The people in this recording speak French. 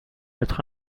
être